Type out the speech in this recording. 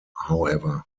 however